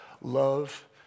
love